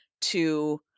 to-